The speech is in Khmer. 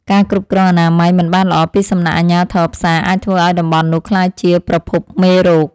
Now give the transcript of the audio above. ការគ្រប់គ្រងអនាម័យមិនបានល្អពីសំណាក់អាជ្ញាធរផ្សារអាចធ្វើឱ្យតំបន់នោះក្លាយជាប្រភពមេរោគ។